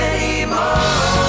Anymore